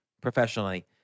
professionally